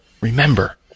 Remember